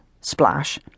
Splash